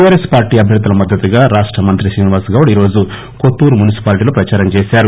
TR S party అభ్యర్థుల మద్దతుగా రాష్ట మంత్రి శ్రీనివాస్ గౌడ్ ఈరోజు కొత్తూరు మున్సిపాలిటీలో ప్రచారం చేశారు